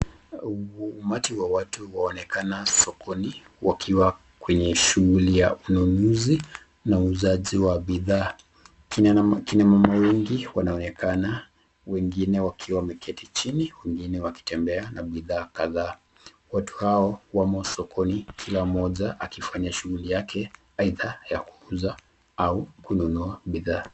Umati wa watu waonekana sokoni wakiwa kwenye shughuli ya ununuzi na uuzaji wa bidhaa. Kina mama wengi wanaonekana wengine wakiwa wameketi chini wengine wakitembea na bidhaa kadhaa. Watu hao wamo sokoni kila mmoja kifanya shughuli yake aidha ya kuuza au kununua bidhaa.